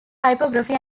typography